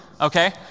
okay